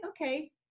okay